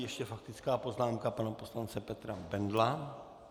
Ještě faktická poznámka pana poslance Petra Bendla.